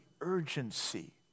urgency